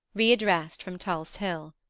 readdressed from tulse hill.